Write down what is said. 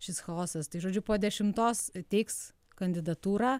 šis chaosas tai žodžiu po dešimtos teiks kandidatūrą